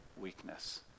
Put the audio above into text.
weakness